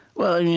well, yeah